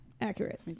accurate